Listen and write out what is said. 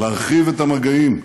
להרחיב את המגעים,